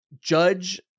judge